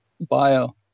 bio